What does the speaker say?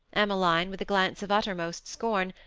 emmeline, with a glance of uttermost scorn,